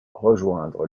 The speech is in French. rejoindre